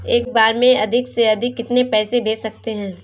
एक बार में अधिक से अधिक कितने पैसे भेज सकते हैं?